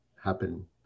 happen